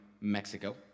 Mexico